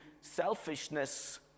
selfishness